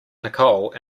nicole